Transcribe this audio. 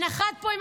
ונחת פה בישראל.